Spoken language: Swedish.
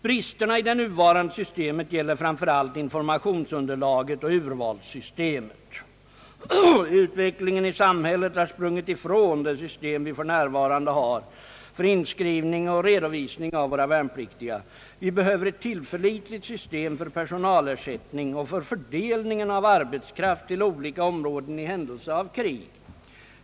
Bristerna i det nuvarande systemet gäller framför allt informationsunderlaget och urvalssystemet. Utvecklingen i samhället har sprungit ifrån det system vi för närvarande har för inskrivning och redovisning av våra värnpliktiga. Vi behöver ett tillförlitligt system för personalersättning och för fördelning av arbetskraft till olika områden i händelse av krig.